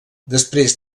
després